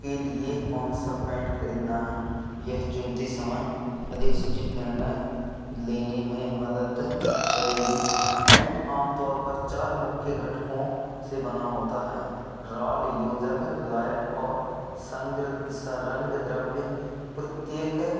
के लिए कोन सा पेंट खरीदना है यह चुनते समय अधिक सूचित निर्णय लेने में मदद करेगी पेंट आमतौर पर चार मुख्य घटकों से बना होता है राल योजक विलायक और सग्र सरंग द्रव्य प्रत्येक